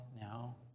now